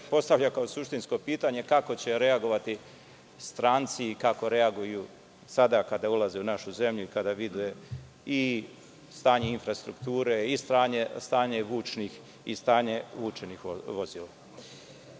postavlja kao suštinsko pitanje je – kako će reagovati stranci i kako reaguju sada ulaze u našu zemlju i kada vide i stanje infrastrukture i stanje vučnih i vučenih vozila. Ono